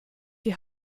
die